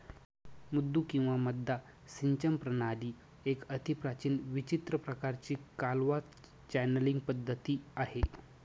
मुद्दू किंवा मद्दा सिंचन प्रणाली एक अतिप्राचीन विचित्र प्रकाराची कालवा चॅनलींग पद्धती आहे